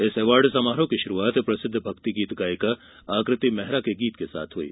इस अवार्ड समारोह की शुरूआत प्रसिद्ध भक्ति गीत गायिका आकृति मेहरा के गीत से हुई